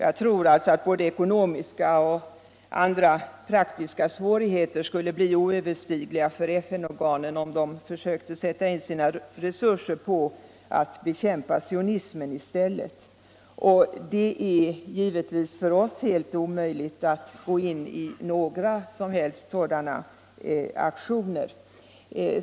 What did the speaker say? Jag tror alltså att både ekonomiska och andra praktiska svårigheter skulle bli oöverstigliga för FN organen, om de försökte sätta in sina resurser på att bekämpa sionism i stället. För oss är det givetvis omöjligt att gå in i några som helst sådana aktioner.